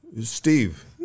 Steve